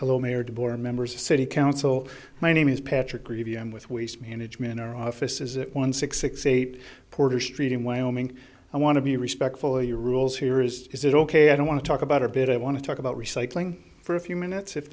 hello mayor to board members of city council my name is patrick greevy i'm with waste management our office is one six six eight puerto st in wyoming i want to be respectful of your rules here is that ok i don't want to talk about a bit i want to talk about recycling for a few minutes if